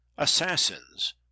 Assassins